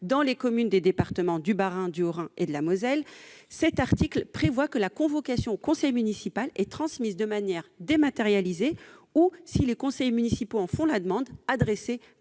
dans les communes des départements du Bas-Rhin, du Haut-Rhin et de la Moselle. Cet article prévoit que la convocation au conseil municipal « est transmise de manière dématérialisée ou, si les conseillers municipaux en font la demande, adressée